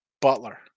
Butler